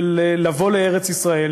של לבוא לארץ-ישראל,